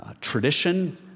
tradition